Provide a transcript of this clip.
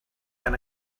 gan